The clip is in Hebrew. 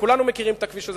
וכולנו מכירים את הכביש הזה.